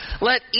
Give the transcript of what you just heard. Let